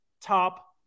top